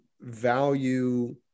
value